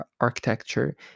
architecture